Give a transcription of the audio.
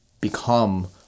become